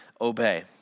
obey